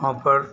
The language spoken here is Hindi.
वहाँ पर